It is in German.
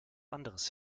anderes